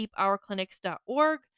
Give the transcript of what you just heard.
keepourclinics.org